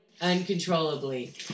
uncontrollably